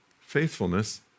faithfulness